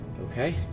Okay